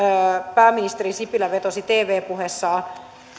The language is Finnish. pääministeri sipilä vetosi tv puheessaan